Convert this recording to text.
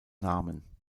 namen